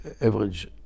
average